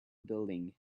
building